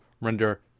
render